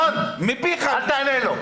רון, אל תענה לו.